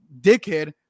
dickhead